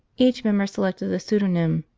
each member selected a pseudonym,